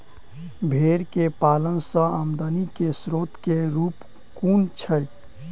भेंर केँ पालन सँ आमदनी केँ स्रोत केँ रूप कुन छैय?